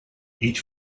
each